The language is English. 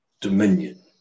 dominion